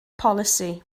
polisi